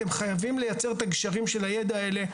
אתם חייבים לייצר את הגשרים של הידע האלה,